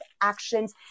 actions